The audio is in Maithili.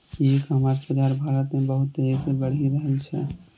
ई कॉमर्स बाजार भारत मे बहुत तेजी से बढ़ि रहल छै